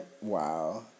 Wow